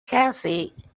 cassie